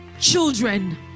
children